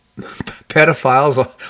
pedophiles